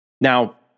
Now